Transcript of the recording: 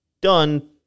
done